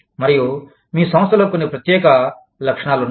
మరియు మీ సంస్థలో కొన్ని ప్రత్యేక లక్షణాలు ఉన్నాయి